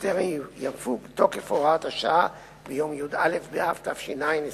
בטרם יפוג תוקף הוראת השעה ביום י"א באב התש"ע,